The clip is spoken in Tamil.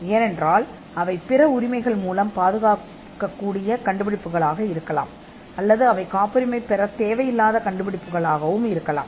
ஏனென்றால் அவை பிற உரிமைகளால் பாதுகாக்கப்படக்கூடிய கண்டுபிடிப்புகளாக இருக்கலாம் அல்லது அவை காப்புரிமை பெறாத கண்டுபிடிப்புகளாக இருக்கலாம்